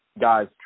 guys